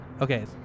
Okay